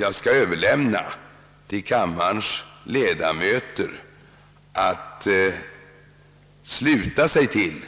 Jag skall överlämna till kammarens ledamöter att sluta sig till